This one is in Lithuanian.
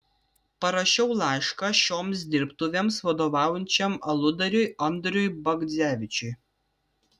parašiau laišką šioms dirbtuvėms vadovaujančiam aludariui andriui bagdzevičiui